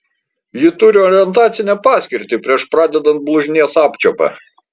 ji turi orientacinę paskirtį prieš pradedant blužnies apčiuopą